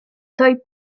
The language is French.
toy